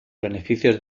beneficios